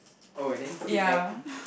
oh then put it back